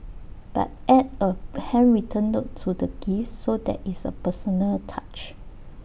but add A handwritten note to the gift so there is A personal touch